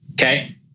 Okay